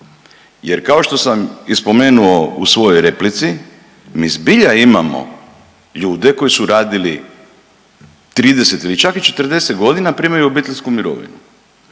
jer kao što sam i spomenuo u svojoj replici, mi zbilja imao ljude koji su radili 30 ili čak i 40 godina i primaju obiteljsku mirovinu.